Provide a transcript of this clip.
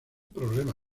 problema